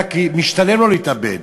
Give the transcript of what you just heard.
היה משתלם לו להתאבד,